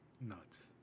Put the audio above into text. nuts